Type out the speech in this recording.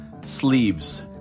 sleeves